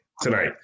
tonight